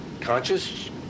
conscious